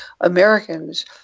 Americans